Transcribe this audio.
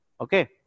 Okay